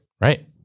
Right